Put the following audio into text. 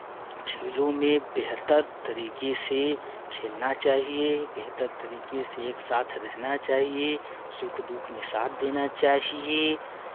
खेलो में बेहतर तरीके से खेलना चाहिए बेहतर तरीके से एक साथ रहना चाहिए सुख दुःख में साथ देना चाहिए